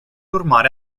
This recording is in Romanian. urmare